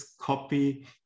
copy